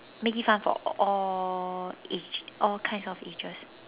make it fun for all age all kinds of ages